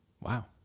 Wow